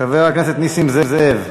חבר הכנסת נסים זאב.